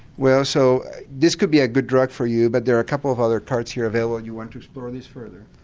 well so this could be a good drug for you but there are a couple of other cards here available and you want to explore these further.